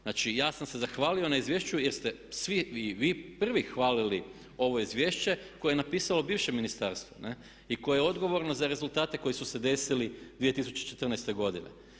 Znači, ja sam se zahvalio na izvješću jer ste svi vi i vi prvi hvalili ovo izvješće koje je napisalo bivše ministarstvo i koje je odgovorno za rezultate koji su se desili 2014. godine.